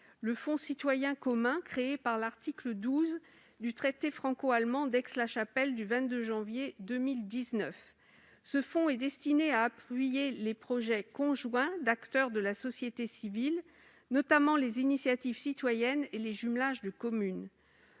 le Fonds citoyen commun créé par l'article 12 du traité franco-allemand d'Aix-la-Chapelle du 22 janvier 2019. Ce fonds est destiné à appuyer les projets conjoints d'acteurs de la société civile, notamment les initiatives citoyennes et les jumelages de communes.